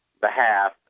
behalf